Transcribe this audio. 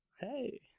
Hey